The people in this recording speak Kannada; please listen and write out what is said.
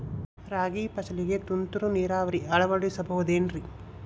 ರಾಗಿ ಫಸಲಿಗೆ ತುಂತುರು ನೇರಾವರಿ ಅಳವಡಿಸಬಹುದೇನ್ರಿ?